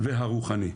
והרוחני בקהילה.